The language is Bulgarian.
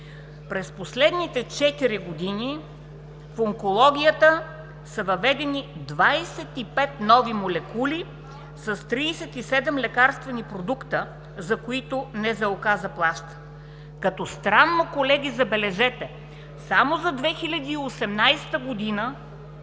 През последните 4 години в онкологията са въведени 25 нови молекули с 37 лекарствени продукта, които НЗОК заплаща – като странно, колеги, забележете, само за 2018 г.